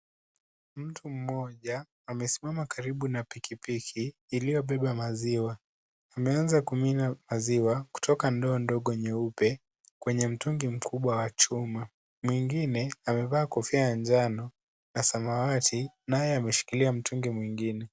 Mtu mmoja amesimama karibu na pikipiki iliyobeba maziwa. Ameanza kumimina maziwa kutoka kwa ndoo nyeupe kwenye mtungi mkubwa wa chuma, mwingine amevaa kofia ya njano na samawati, naye ameshikilia mtungi mwingine.